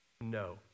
No